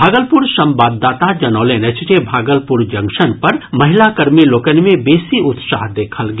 भागलपुर संवाददाता जनौलनि अछि जे भागलपुर जंक्शन पर महिला कर्मी लोकनि मे बेसी उत्साह देखल गेल